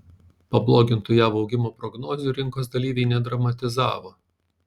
pablogintų jav augimo prognozių rinkos dalyviai nedramatizavo